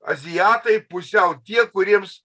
azijatai pusiau tie kuriems